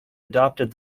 adopted